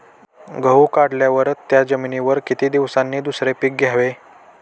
गहू काढल्यावर त्या जमिनीवर किती दिवसांनी दुसरे पीक घ्यावे?